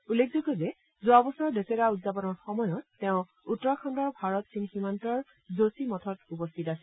উল্লেখযোগ্য যে যোৱাবছৰ দছেৰা উদযাপনৰ সময়ত তেওঁ উত্তৰাখণ্ডৰ ভাৰত চীন সীমান্তৰ যোশী মঠত উপস্থিত আছিল